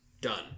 Done